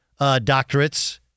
doctorates